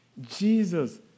Jesus